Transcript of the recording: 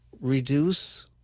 reduce